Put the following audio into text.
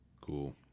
cool